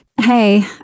Hey